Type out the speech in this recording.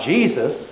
Jesus